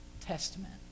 Testament